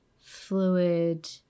fluid